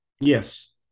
Yes